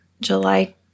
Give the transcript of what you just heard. July